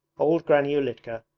old granny ulitka,